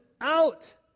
out